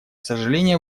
сожаление